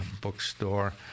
Bookstore